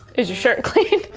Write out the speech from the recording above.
is your shirt clean?